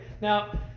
Now